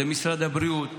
זה משרד הבריאות,